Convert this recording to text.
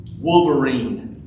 Wolverine